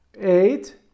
eight